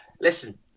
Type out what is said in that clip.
listen